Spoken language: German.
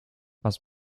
was